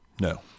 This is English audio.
No